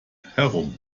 herum